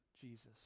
Jesus